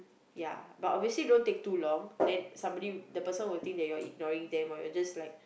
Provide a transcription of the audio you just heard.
ya but obviously don't take too long then somebody the person will think that you're ignoring them or you're just like